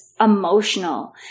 Emotional